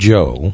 Joe